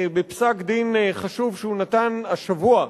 בפסק-דין חשוב שהוא נתן השבוע,